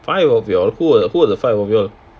five of you all who were who were the five of you all